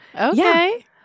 Okay